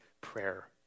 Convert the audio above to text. prayer